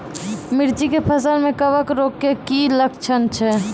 मिर्ची के फसल मे कवक रोग के की लक्छण छै?